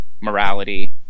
morality